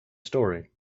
story